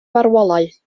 farwolaeth